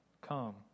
come